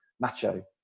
macho